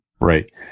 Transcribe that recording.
right